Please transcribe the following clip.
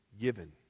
given